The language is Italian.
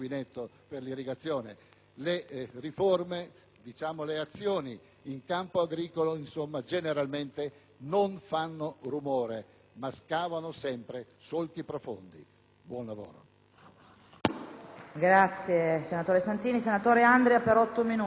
le azioni in campo agricolo generalmente non fanno rumore, ma scavano sempre solchi profondi. Buon lavoro.